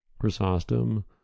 Chrysostom